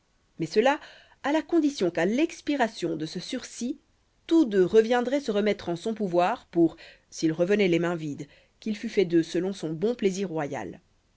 mais cela à la condition qu'à l'expiration de ce sursis tous deux reviendraient se remettre en son pouvoir pour s'ils revenaient les mains vides qu'il fût fait d'eux selon son bon plaisir royal